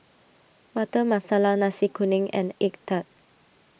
Butter Masala Nasi Kuning and Egg Tart